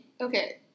Okay